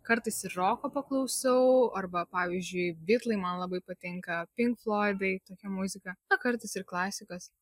kartais ir roko paklausau arba pavyzdžiui bitlai man labai patinka pink floidai tokia muzika o kartais ir klasikos